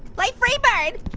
like freebird.